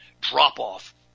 drop-off